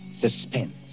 Suspense